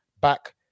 back